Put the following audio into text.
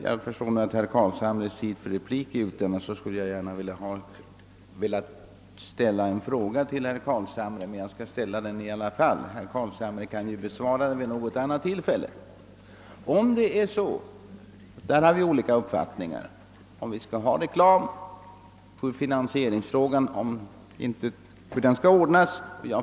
Jag förstår att herr Carlshamres replikrätt nu är utnyttjad, men jag skall ändå ställa en fråga till honom, som han ju kan besvara vid något annat tillfälle. Finansieringen är en fråga som vi ju har olika uppfattningar om.